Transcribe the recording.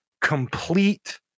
complete